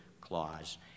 clause